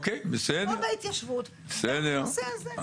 כמו בהתיישבות גם בנושא הזה.